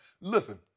Listen